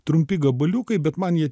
trumpi gabaliukai bet man jie